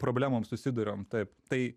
problemom susiduriam taip tai